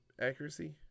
accuracy